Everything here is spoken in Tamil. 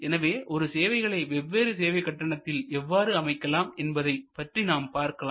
எனவே ஒரே சேவைகளை வெவ்வேறு சேவை கட்டணத்தில் எவ்வாறு அமைக்கலாம் என்பதை பற்றி நாம் பார்க்கலாம்